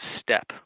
step